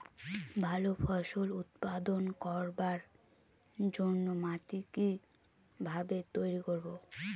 ভালো ফসল উৎপাদন করবার জন্য মাটি কি ভাবে তৈরী করব?